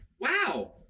wow